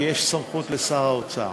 כי יש סמכות לשר האוצר.